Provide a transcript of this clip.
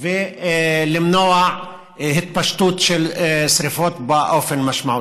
ולמנוע התפשטות של שרפות באופן משמעותי.